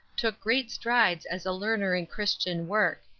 took great strides as a learner in christian work.